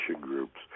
groups